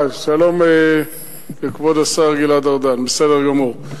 שלום לכבוד השר גלעד ארדן, בסדר גמור.